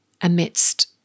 amidst